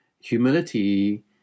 humility